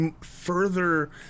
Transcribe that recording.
further